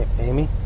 Amy